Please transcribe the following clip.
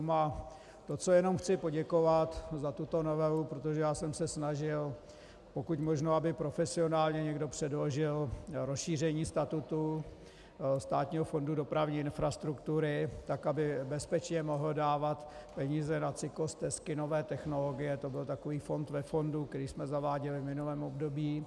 A to, co jenom chci poděkovat za tuto novelu, protože jsem se snažil pokud možno, aby profesionálně někdo předložil rozšíření statutu Státního fondu dopravní infrastruktury tak, aby bezpečně mohl dávat peníze na cyklostezky, nové technologie, to byl takový fond ve fondu, který jsme zaváděli v minulém období.